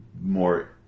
more